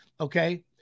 Okay